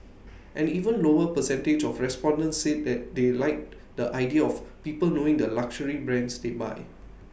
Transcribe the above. an even lower percentage of respondents said they like the idea of people knowing the luxury brands they buy